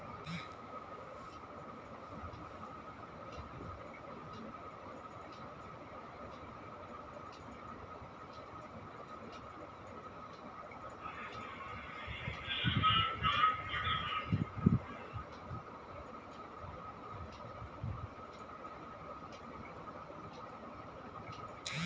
केला इहां बिहार, मध्यप्रदेश, आसाम, बंगाल, उड़ीसा अउरी दक्षिण भारत में होखेला